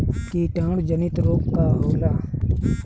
कीटाणु जनित रोग का होला?